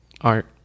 art